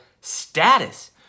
status